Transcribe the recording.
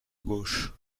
gauche